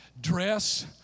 dress